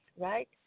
right